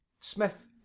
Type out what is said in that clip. Smith